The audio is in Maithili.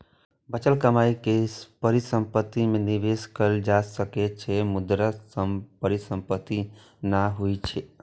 बचल कमाइ के परिसंपत्ति मे निवेश कैल जा सकै छै, मुदा परिसंपत्ति नै होइ छै